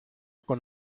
con